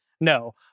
No